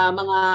mga